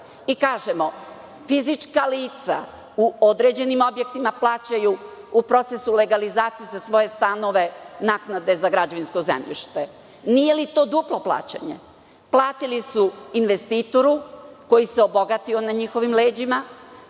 Kažemo – fizička lica u određenim objektima plaćaju u procesu legalizacije za svoje stanove naknade za građevinsko zemljište. Nije li to duplo plaćanje? Platili su investitoru koji se obogatio na njihovim leđima,